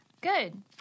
Good